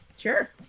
sure